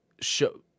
show